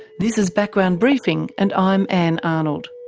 this is background briefing, and i'm ann arnold.